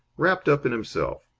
wrapped up in himself.